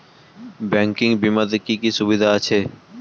Banking বিমাতে কি কি সুবিধা আছে?